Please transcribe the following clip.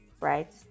right